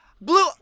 Blue